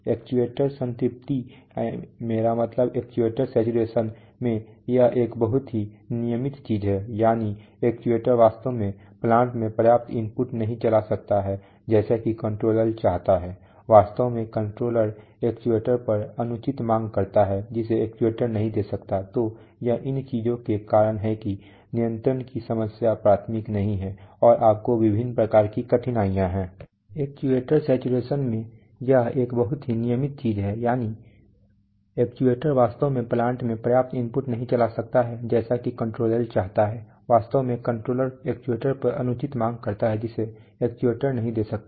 actuators saturation में यह एक बहुत ही नियमित चीज है यानी एक्ट्यूएटर वास्तव में प्लांट में पर्याप्त इनपुट नहीं चला सकता है जैसा कि कंट्रोलर चाहता है वास्तव में कंट्रोलर एक्ट्यूएटर पर अनुचित मांग करता है जिसे एक्ट्यूएटर नहीं दे सकता